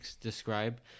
describe